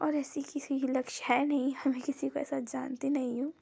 और ऐसे किसी भी लक्ष्य है नहीं हमें किसी को ऐसा जानती नहीं हूँ